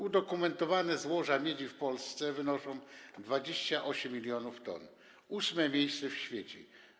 Udokumentowane złoża miedzi w Polsce wynoszą 28 mln t - 8. miejsce w świecie.